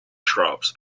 shrubs